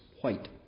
white